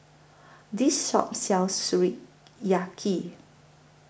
This Shop sells Sukiyaki